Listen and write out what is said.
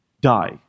die